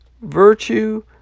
virtue